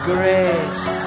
Grace